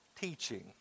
teaching